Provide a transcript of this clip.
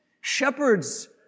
Shepherds